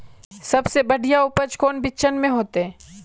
सबसे बढ़िया उपज कौन बिचन में होते?